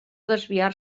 desviar